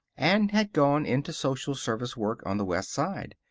and had gone into social-service work on the west side.